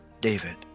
David